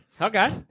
Okay